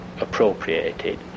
appropriated